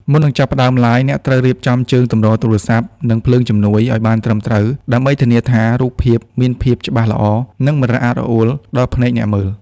មុននឹងចាប់ផ្ដើមឡាយ អ្នកត្រូវរៀបចំ ជើងទម្រទូរស័ព្ទ និងភ្លើងជំនួយ ឱ្យបានត្រឹមត្រូវ ដើម្បីធានាថា រូបភាពមានភាពច្បាស់ល្អ និងមិនរអាក់រអួលដល់ភ្នែកអ្នកមើល។